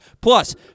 plus